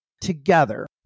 together